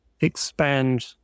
expand